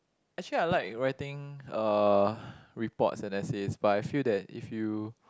actually I like writing uh reports and essays but I feel that if you